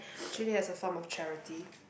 treat it as a form of charity